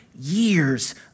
years